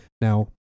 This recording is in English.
now